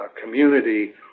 community